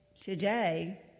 today